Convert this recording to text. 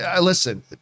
listen